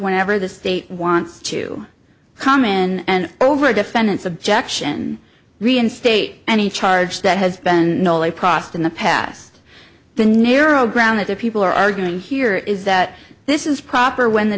whenever the state wants to come in and over a defendant's objection reinstate any charge that has been ole prost in the past the narrow ground that the people are arguing here is that this is proper when the